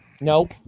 nope